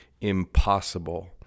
impossible